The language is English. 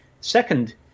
second